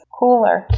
cooler